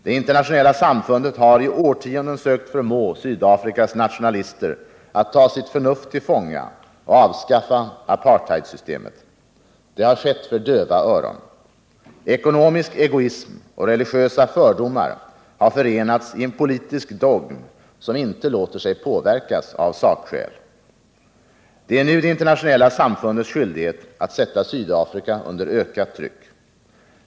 Det internationella samfundet har i årtionden sökt förmå Sydafrikas nationalister att ta sitt förnuft till fånga och avskaffa apartheidsystemet. Det har skett för döva öron. Ekonomisk egoism och religiösa fördomar har förenats i en politisk dogm, som inte låter sig påverkas av sakskäl. Det är nu det internationella samfundets skyldighet att sätta Sydafrika under ökat tryck.